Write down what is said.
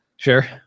sure